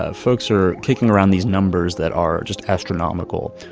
ah folks are kicking around these numbers that are just astronomical.